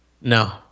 No